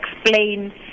explain